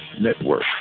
Network